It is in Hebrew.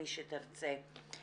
מי שתרצה,